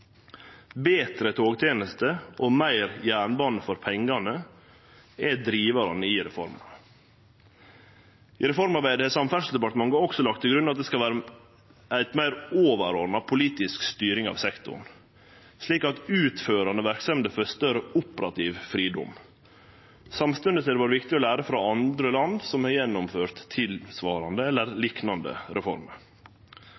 Betre togtenester og meir jernbane for pengane er drivarane i reforma. I reformarbeidet har Samferdselsdepartementet også lagt til grunn at det skal vere ei meir overordna politisk styring av sektoren, slik at utførande verksemder får større operativ fridom. Samstundes har det vore viktig å lære frå andre land som har gjennomført tilsvarande eller